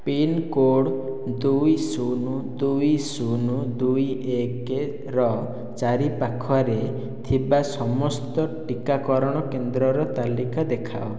pin code ଦୁଇ ଶୂନ ଦୁଇ ଶୂନ ଦୁଇ ଏକର ଚାରିପାଖରେ ଥିବା ସମସ୍ତ ଟିକାକରଣ କେନ୍ଦ୍ରର ତାଲିକା ଦେଖାଅ